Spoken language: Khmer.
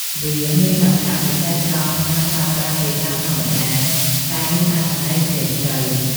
វាមានលក្ខណៈពិសេសត្រង់ការប្រើប្រាស់ភាសាធម្មតា តែមានអត្ថន័យជ្រាលជ្រៅ។